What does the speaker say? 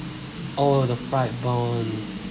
oh the fried buns